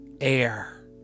air